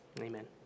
Amen